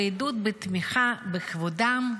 ועידוד לתמיכה בכבודם,